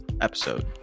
episode